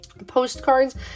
postcards